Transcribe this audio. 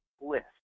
list